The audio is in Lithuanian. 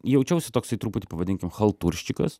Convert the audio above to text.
jaučiausi toksai truputį pavadinkim chaltūrščikas